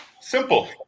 simple